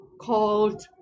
called